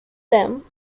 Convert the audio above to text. them